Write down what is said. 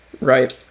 right